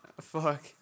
Fuck